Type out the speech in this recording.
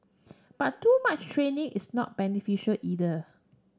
but too much training is not beneficial either